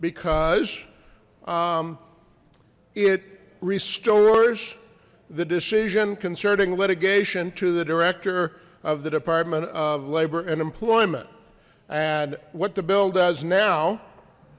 because it restores the decision concerning litigation to the director of the department of labor and employment and what the bill does now